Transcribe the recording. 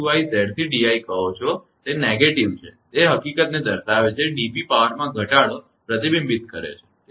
નકારાત્મક સંકેત એ હકીકતને દર્શાવે છે કે dp પાવરમાં ઘટાડો પ્રતિબિંબિત કરે છે